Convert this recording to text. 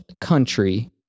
country